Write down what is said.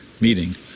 meeting